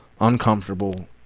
Uncomfortable